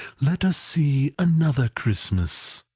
let us see another christmas!